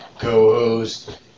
co-host